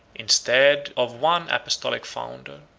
instead of one apostolic founder,